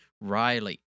Riley